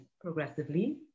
progressively